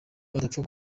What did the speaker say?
atapfa